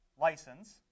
license